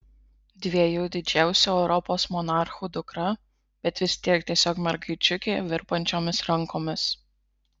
dviejų didžiausių europos monarchų dukra bet vis tiek tiesiog mergaičiukė virpančiomis rankomis